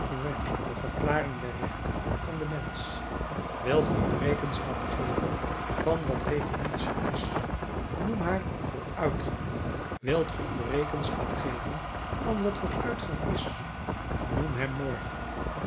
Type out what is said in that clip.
de verklaring der rechten van den mensch wilt ge u rekenschap geven van wat revolutie is noem haar vooruitgang wilt ge u rekenschap geven van wat vooruitgang is noem hem morgen